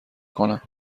کنم